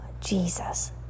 Jesus